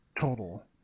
total